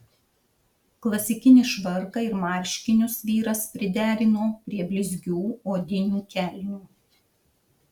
klasikinį švarką ir marškinius vyras priderino prie blizgių odinių kelnių